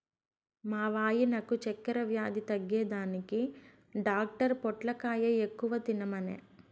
మా వాయినకు చక్కెర వ్యాధి తగ్గేదానికి డాక్టర్ పొట్లకాయ ఎక్కువ తినమనె